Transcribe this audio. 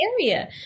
area